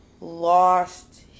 lost